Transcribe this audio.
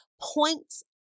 points